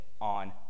on